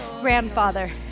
grandfather